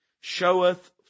showeth